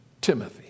Timothy